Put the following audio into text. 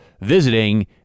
visiting